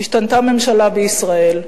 השתנתה ממשלה בישראל.